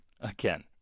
Again